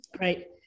right